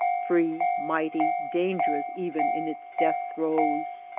free, mighty, dangerous even in its death-throes.